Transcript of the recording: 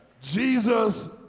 Jesus